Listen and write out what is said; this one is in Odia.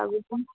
ଆଗକୁ